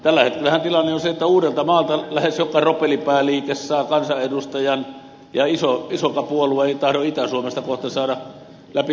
tällä hetkellähän tilanne on se että uudeltamaalta lähes joka ropelipääliike saa kansanedustajan ja isoilta puolueilta ei tahdo itä suomesta kohta saada läpi edustajia ollenkaan